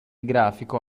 grafico